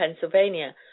Pennsylvania